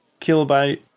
Kilobyte